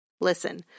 Listen